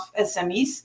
SMEs